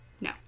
no